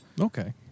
okay